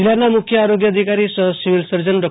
જીલ્લાના મુખ્ય આરીગ્ય અધિકારી સહ સિવિલ સર્જન ડો